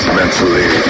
mentally